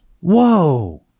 Whoa